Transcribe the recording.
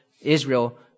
Israel